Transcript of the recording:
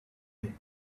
and